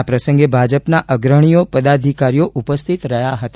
આ પ્રસંગે ભાજપના અગ્રણીઓ પદાધિકારીઓ ઉપસ્થિત રહ્યા હતા